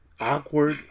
awkward